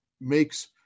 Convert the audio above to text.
makes